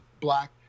black